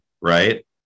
right